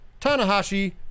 Tanahashi